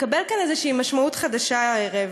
מקבל כאן איזו משמעות חדשה הערב.